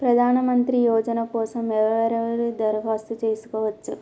ప్రధానమంత్రి యోజన కోసం ఎవరెవరు దరఖాస్తు చేసుకోవచ్చు?